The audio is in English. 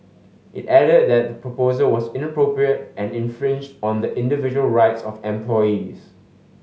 it added that the proposal was inappropriate and infringed on the individual rights of employees